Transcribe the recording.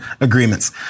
agreements